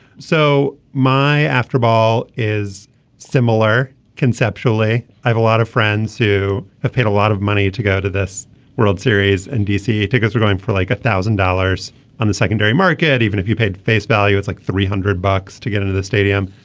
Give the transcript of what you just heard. so my after ball is similar conceptually i have a lot of friends who have paid a lot of money to go to this world series and dc. tickets are going for like a thousand dollars on the secondary market. even if you paid face value it's like three hundred bucks to get into the stadium.